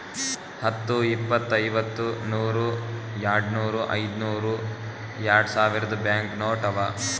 ಹತ್ತು, ಇಪ್ಪತ್, ಐವತ್ತ, ನೂರ್, ಯಾಡ್ನೂರ್, ಐಯ್ದನೂರ್, ಯಾಡ್ಸಾವಿರ್ದು ಬ್ಯಾಂಕ್ ನೋಟ್ ಅವಾ